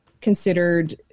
considered